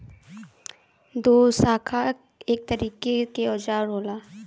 दोशाखा एक तरीके के औजार होला